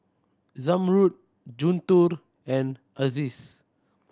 Zamrud Guntur and Aziz